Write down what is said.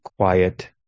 quiet